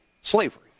slavery